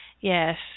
Yes